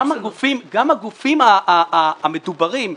גם הגופים המדוברים,